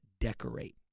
decorate